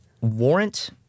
warrant